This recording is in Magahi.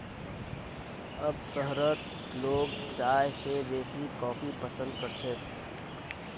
अब शहरत लोग चाय स बेसी कॉफी पसंद कर छेक